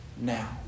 now